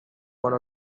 one